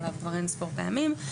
לעניין סמכויות,